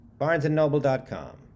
BarnesandNoble.com